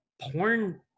porn